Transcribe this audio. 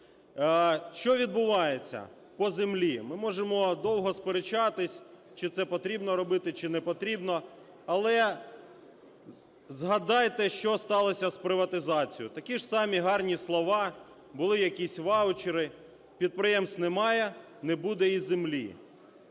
Що відбувається. По землі ми можемо довго сперечатись, чи це потрібно робити, чи не потрібно. Але згадайте, що сталося з приватизацією. Такі ж самі гарні слова, були якісь ваучери. Підприємств немає. Не буде і землі.